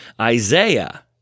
Isaiah